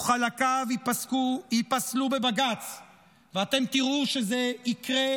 או חלקיו ייפסלו בבג"ץ ואתם תראו שזה ייקרה,